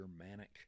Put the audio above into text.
Germanic